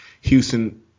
Houston